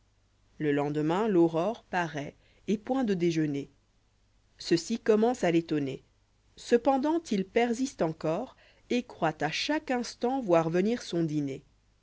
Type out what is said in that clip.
le lendemain l'aurore paraît et point de déjeuner ceci commence à l'étonner cependant il persisté encore et croit à chaque instant voir venir son dînes